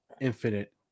infinite